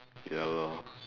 ya lor